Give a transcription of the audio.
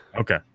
Okay